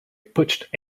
pushed